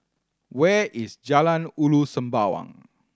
where is Jalan Ulu Sembawang